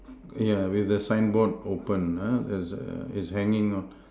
yeah with the signboard open ah there's a is hanging up